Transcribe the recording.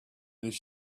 this